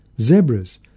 zebras